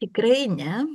tikrai ne